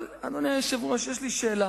אבל, אדוני היושב-ראש, יש לי שאלה: